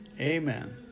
Amen